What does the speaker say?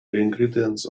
ingredients